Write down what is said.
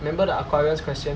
remember the aquarius question